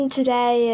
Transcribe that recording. Today